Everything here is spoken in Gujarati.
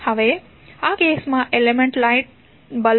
તો આ કેસ માં એલિમેન્ટ લાઇટ બલ્બ છે